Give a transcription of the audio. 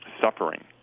suffering